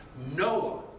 Noah